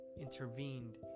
intervened